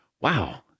Wow